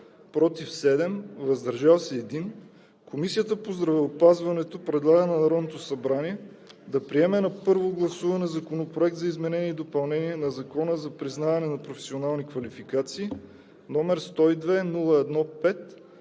„против“ 7, „въздържал се“ 1, Комисията по здравеопазването предлага на Народното събрание да приеме на първо гласуване Законопроект за изменение и допълнение на Закона за признаване на професионални квалификации, № 102-01-5,